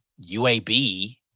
UAB